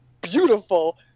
beautiful